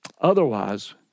Otherwise